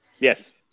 Yes